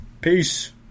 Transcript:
Peace